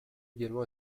également